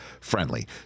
friendly